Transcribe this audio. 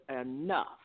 enough